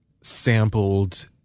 sampled